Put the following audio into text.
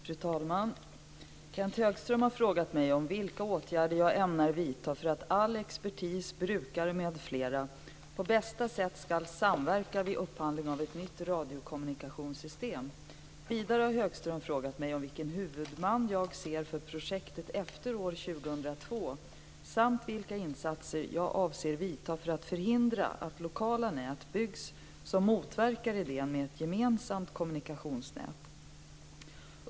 Fru talman! Kenth Högström har frågat mig vilka åtgärder jag ämnar vidta för att all expertis, brukare m.fl. på bästa sätt ska samverka vid upphandling av ett nytt radiokommunikationssystem. Vidare har Högström frågat mig vilken huvudman jag ser för projektet efter år 2002 samt vilka insatser jag avser vidta för att förhindra att lokala nät byggs som motverkar idén med ett gemensamt kommunikationsnät.